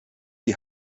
die